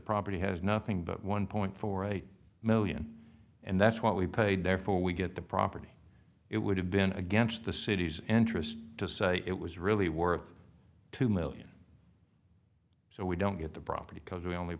property has nothing but one point four eight million and that's what we paid therefore we get the property it would have been against the city's interest to say it was really worth two million so we don't get the property because we only